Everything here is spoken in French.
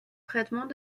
traitement